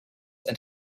and